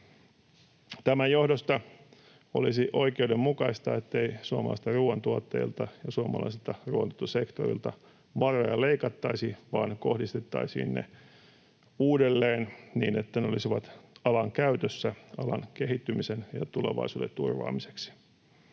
Tämän johdosta olisi oikeudenmukaista, ettei suomalaisilta ruoantuottajilta ja suomalaiselta ruoantuottosektorilta varoja leikattaisi vaan ne kohdistettaisiin uudelleen niin, että ne olisivat alan käytössä alan kehittymisen ja tulevaisuuden turvaamiseksi.